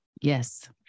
Yes